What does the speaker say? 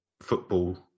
football